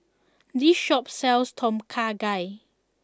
this shop sells Tom Kha Gai